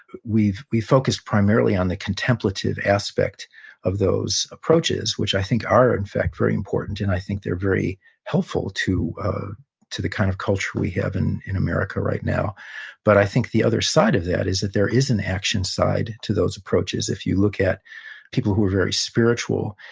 we focus primarily on the contemplative aspect of those approaches, which i think are, in fact, very important. and i think they're very helpful to to the kind of culture we have in in america right now but i think the other side of that is that there is an action side to those approaches. if you look at people who are very spiritual,